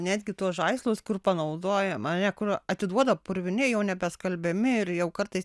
netgi tuos žaislus kur panaudojam ar ne kur atiduoda purvini jau nebe skalbiami ir jau kartais